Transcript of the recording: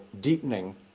deepening